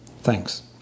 Thanks